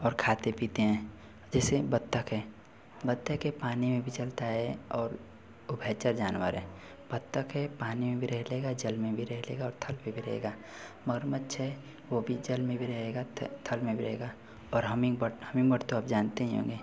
और खाते पीते हैं जैसे बत्तख़ हैं बत्तख़ है पानी में भी चलता है और उभयचर जानवर है बत्तख़ है पानी में भी रहे लेगा जल में भी रहे लेगा और थल पर भी रहेगा मगरमच्छ है वह भी जल में भी रहेगा थल में भी रहेगा और हमिंग बर्ड हमिंग बर्ड तो आप जानते ही होंगे